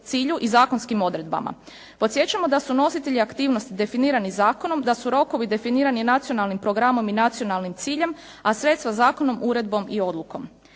cilju i zakonskim odredbama. Podsjećamo da su nositelji aktivnosti definirani zakonom, da su rokovi definirani nacionalnim programom i nacionalnim ciljem a sredstva zakonom, uredbom i odlukom.